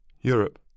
Europe